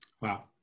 Wow